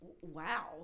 wow